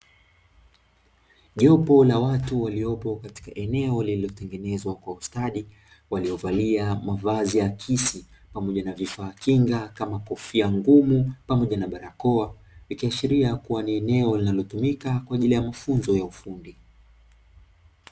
Jopo la watu waliopo katika eneo lililotengenzwa kwa ustadi waliovalia mavazi hakisi pamoja na vifaa kinga kama kofia ngumu pamoja na barakoa ikiashiria kwamba ni eneo linalotumika kwaajili ya mafunzo ya ufundi.